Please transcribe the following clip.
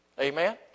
Amen